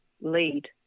lead